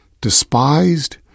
despised